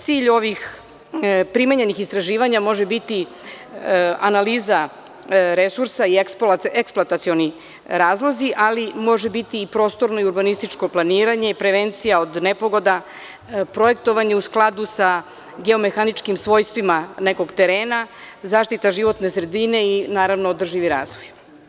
Cilj ovih primenjenih istraživanja može biti analiza resursa i eksploatacioni razlozi, ali može biti prostorni i urbanističko planiranje i prevencija od nepogoda, projektovanje u skladu sa geomehaničkim svojstvima nekog terena, zaštita životne sredine i naravno održivi razvoj.